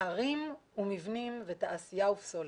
ערים ומבנים ותעשייה ופסולת.